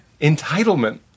Entitlement